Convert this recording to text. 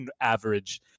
average